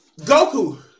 Goku